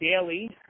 daily